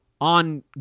on